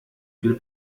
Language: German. viel